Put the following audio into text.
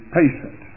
patient